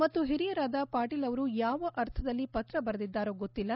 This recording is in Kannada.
ಮತ್ತು ಹಿರಿಯರಾದ ಪಾಟೀಲ್ ಅವರು ಯಾವ ಅರ್ಥದಲ್ಲಿ ಪತ್ರ ಬರೆದಿದ್ದಾರೋ ಗೊತ್ತಿಲ್ಲ